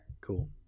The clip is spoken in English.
Cool